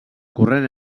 corrent